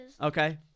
Okay